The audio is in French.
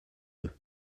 eux